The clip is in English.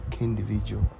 individual